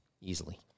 Easily